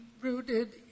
rooted